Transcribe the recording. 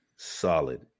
solid